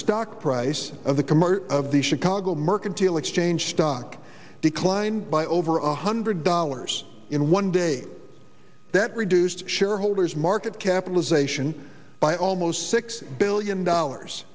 stock price of the commercial of the chicago mercantile exchange stock declined by over one hundred dollars in one day that reduced shareholders market capitalization by almost six billion dollars